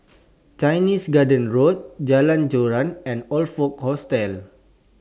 Chinese Garden Road Jalan Joran and Oxford Hotel